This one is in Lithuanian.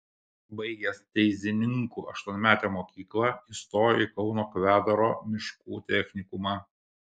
baigęs teizininkų aštuonmetę mokyklą įstojo į kauno kvedaro miškų technikumą